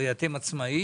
הרי אתם עצמאיים,